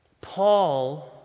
Paul